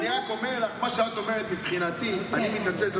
אני רק אומר לך שמבחינתי מה שאת אומרת: אני מתנצלת זה